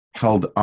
held